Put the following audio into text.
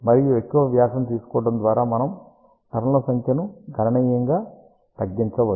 మరియు ఎక్కువ వ్యాసం తీసుకోవడం ద్వారా మనం టర్న్ ల సంఖ్యను గణనీయంగా తగ్గించవచ్చు